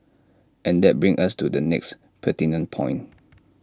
and that brings us to the next pertinent point